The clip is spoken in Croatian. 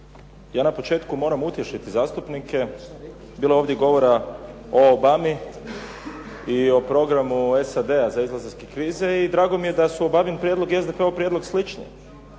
ja na početku moram utješiti zastupnike. Bilo je ovdje govora o Obami i o programu SAD za izlazak iz krize i drago mi je da su Obamin prijedlog i SDP-ov prijedlog slični.